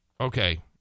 okay